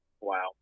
Wow